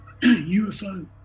UFO